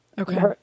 Okay